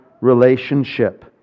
relationship